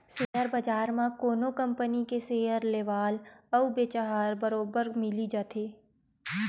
share बजार म कोनो कंपनी के सेयर लेवाल अउ बेचहार बरोबर मिली जाथे